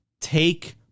Take